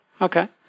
Okay